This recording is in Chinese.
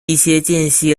一些